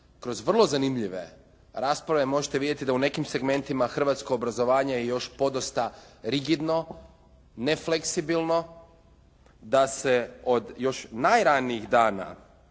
kroz vrlo zanimljive rasprave možete vidjeti da u nekim segmentima hrvatsko obrazovanje je još podosta rigidno, nefleksibilno, da se od još najranijih dana,